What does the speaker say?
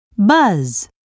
Buzz